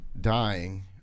dying